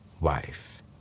wife